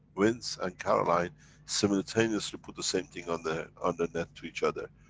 vince and caroline simultaneously put the same thing, on the. on the net to each other.